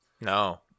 No